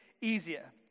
easier